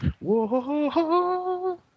Whoa